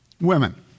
Women